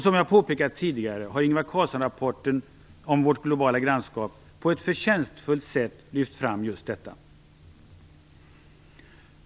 Som jag påpekat tidigare har Ingvar Carlssonrapporten Vårt globala grannskap på ett förtjänstfullt sätt lyft fram just detta.